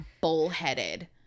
bullheaded